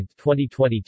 2022